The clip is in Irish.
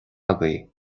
agaibh